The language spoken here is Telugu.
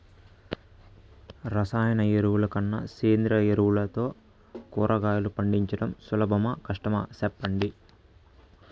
రసాయన ఎరువుల కన్నా సేంద్రియ ఎరువులతో కూరగాయలు పండించడం సులభమా కష్టమా సెప్పండి